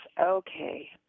okay